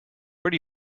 where